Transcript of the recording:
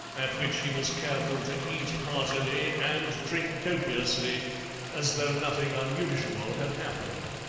at which he was careful to eat heartily and drink copiously as though nothing unusual had happened.